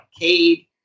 arcade